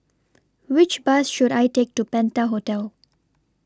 Which Bus should I Take to Penta Hotel